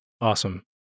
Awesome